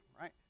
right